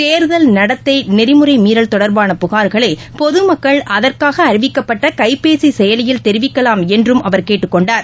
தேர்தல் நடத்தை நெறிமுறைகள் தொடர்பான புனர்களை பொதுமக்கள் அதற்காக அறிவிக்கப்பட்ட கைபேசி செயலியில் தெரிவிக்கலாம் என்றும் அவர் கேட்டுக்கொண்டார்